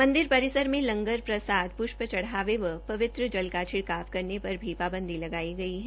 मंदिर परिसर में लंकर प्रसाद पुष्ट चढाने व पवित्र जल का छिड़काव करने पर भी पाबंदी लगाई गई है